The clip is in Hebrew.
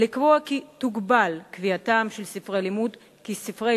ולקבוע כי תוגבל קביעתם של ספרי לימוד כספרי